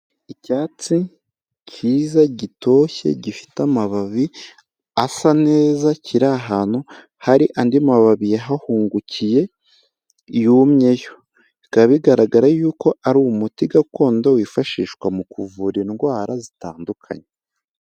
Icyatsi cyiza gitoshye gifite amababi asa neza kiri ahantutu hari andi mababi yahahungukiye yumyeyo. Bikaba bigaragara yuko ari umuti gakondo wifashishwa mu kuvura indwara zitandukanye.